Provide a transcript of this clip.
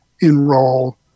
enroll